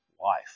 wife